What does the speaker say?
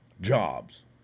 Jobs